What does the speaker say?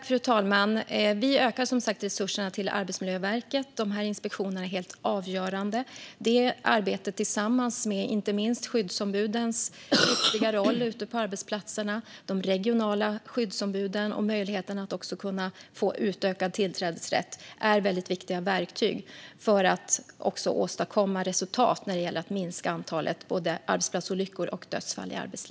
Fru talman! Vi ökar som sagt resurserna till Arbetsmiljöverket. De här inspektionerna är avgörande. Det arbetet tillsammans med inte minst skyddsombudens viktiga roll ute på arbetsplatserna, de regionala skyddsombuden och möjligheten att få utökad tillträdesrätt är viktiga verktyg för att åstadkomma resultat när det gäller att minska både antalet arbetsplatsolyckor och dödsfall.